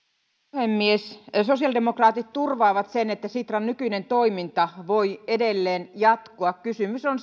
puhemies sosiaalidemokraatit turvaavat sen että sitran nykyinen toiminta voi edelleen jatkua kysymys on